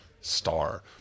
star